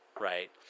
right